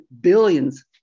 billions